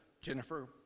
Jennifer